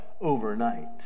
overnight